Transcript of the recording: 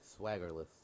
Swaggerless